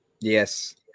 Yes